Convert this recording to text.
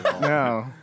No